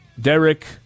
Derek